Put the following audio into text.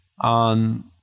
On